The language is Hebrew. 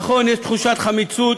נכון, יש תחושת חמיצות